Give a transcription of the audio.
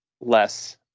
less